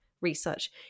research